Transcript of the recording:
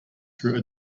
through